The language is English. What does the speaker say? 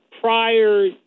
prior